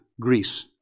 Greece